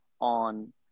on